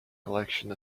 collection